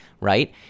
right